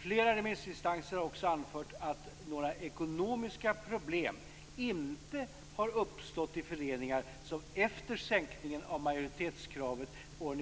Flera remissinstanser har också anfört att några ekonomiska problem inte har uppstått i föreningar som efter sänkningen av majoritetskravet år